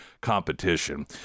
competition